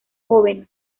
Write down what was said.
jóvenes